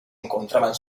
encontraban